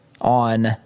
on